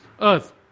earth